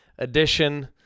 edition